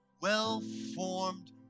well-formed